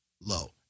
low